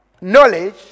knowledge